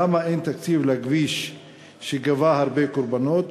1. למה אין תקציב להרחבת כביש שגבה הרבה קורבנות?